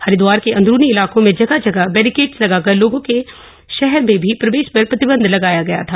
हरिदवार के अंदरूनी इलाकों में जगह जगह बप्रिकेड़स लगाकर लोगों के शहर में भी प्रवेश पर प्रतिबंध लगाया गया था